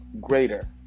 greater